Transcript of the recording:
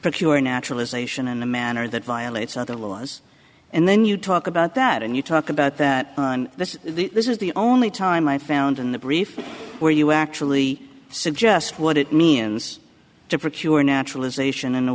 procure naturalization in a manner that violates other laws and then you talk about that and you talk about that on the this is the only time i found in the brief where you actually suggest what it means to procure naturalization in a